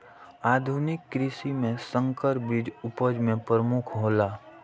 आधुनिक कृषि में संकर बीज उपज में प्रमुख हौला